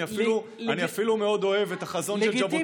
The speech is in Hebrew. אני אפילו מאוד אוהב את החזון של ז'בוטינסקי.